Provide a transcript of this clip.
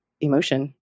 emotion